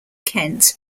kent